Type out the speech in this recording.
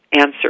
answer